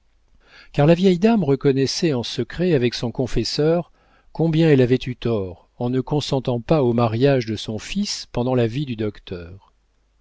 car la vieille dame reconnaissait en secret avec son confesseur combien elle avait eu tort en ne consentant pas au mariage de son fils pendant la vie du docteur